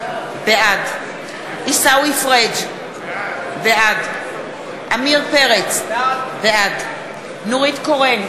בעד עיסאווי פריג' בעד עמיר פרץ, בעד נורית קורן,